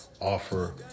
offer